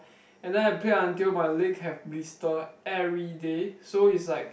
and then I play until my leg have blister everyday so is like